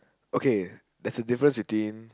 okay there's a difference between